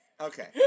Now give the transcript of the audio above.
Okay